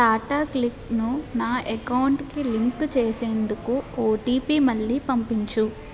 టాటా క్లిక్ను నా అకౌంటుకి లింకు చేసేందుకు ఓటిపి మళ్ళీ పంపించు